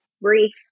brief